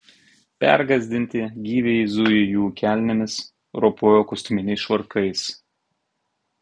pergąsdinti gyviai zujo jų kelnėmis ropojo kostiuminiais švarkais